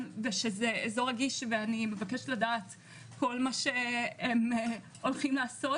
ושזה אזור רגיש ואני מבקשת לדעת כל מה שהם הולכים לעשות